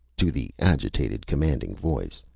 to the agitated, commanding voice.